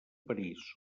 parís